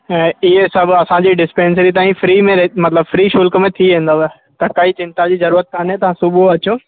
ऐं इहे सभु असांजी डिस्पेंअसरी तां ई फ़्री में मतिलबु फ़्री शुल्क में थी वेंदव त काई चिंता जी ज़रूरत कान्हे तव्हां सुबुह अचो